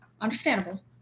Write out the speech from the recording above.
Understandable